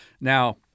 Now